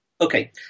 Okay